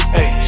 Hey